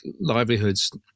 livelihoods